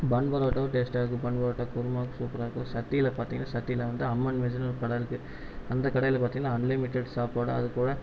பன் பரோட்டாவும் டேஸ்ட்டாக இருக்கும் பன் பரோட்டா குருமா சூப்பராக இருக்கும் சத்தியில பார்த்திங்கனா சத்தியில வந்து அம்மன் மெஸ்ஸுன் ஒரு கடை இருக்கு அந்த கடையில் பார்த்திங்கனா அன்லிமிட்டட் சாப்பாடு அதுக்கூட